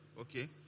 okay